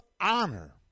honor